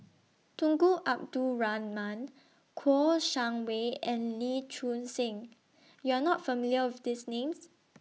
Tunku Abdul Rahman Kouo Shang Wei and Lee Choon Seng YOU Are not familiar with These Names